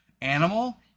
animal